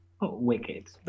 Wicked